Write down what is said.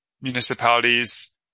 municipalities